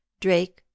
Drake